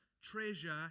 treasure